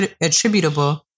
attributable